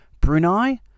Brunei